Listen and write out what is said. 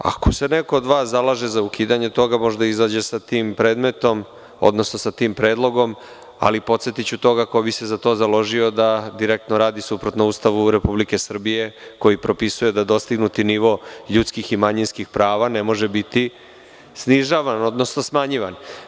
Ako se neko od vas zalaže za ukidanje toga, može da izađe sa tim predmetom, odnosno sa tim predlogom, ali podsetiću toga ko bi se za to založio da direktno radi suprotno Ustavu Republike Srbije koji propisuje da dostignuti nivo ljudskih i manjinskih prava ne može biti snižavan odnosno smanjivan.